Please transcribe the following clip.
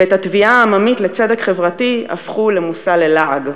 ואת התביעה העממית לצדק חברתי הפכו למושא ללעג.